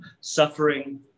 suffering